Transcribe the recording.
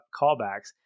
callbacks